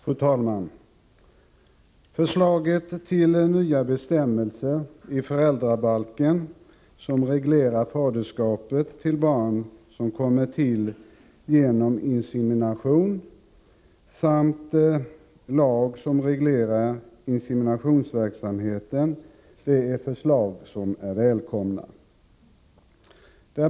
Fru talman! Förslagen till nya bestämmelser i föräldrabalken, vilka reglerar faderskapet till barn som kommer till genom insemination, samt till ny lag som reglerar inseminationsverksamheten är förslag som är välkomna.